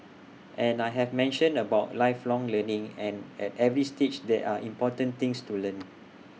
and I have mentioned about lifelong learning and at every stage there are important things to learn